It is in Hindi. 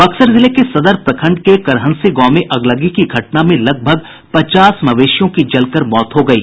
बक्सर जिले के सदर प्रखंड के करहंसी गांव में अगलगी की घटना में लगभग पचास मवेशियों की जलकर मौत हो गयी